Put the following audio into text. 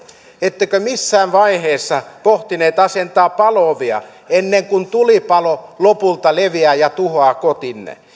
ettekö missään vaiheessa pohtineet asentaa palo ovia ennen kuin tulipalo lopulta leviää ja tuhoaa kotinne